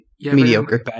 Mediocre